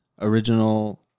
original